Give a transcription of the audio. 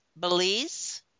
Belize